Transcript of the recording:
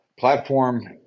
platform